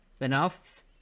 enough